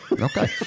Okay